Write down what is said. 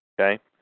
Okay